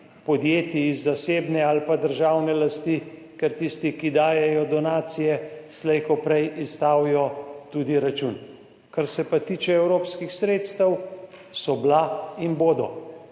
podjetij iz zasebne ali pa državne lasti. Ker tisti, ki dajejo donacije slej ko prej izstavijo tudi račun. Kar se pa tiče evropskih sredstev so bila in bodo.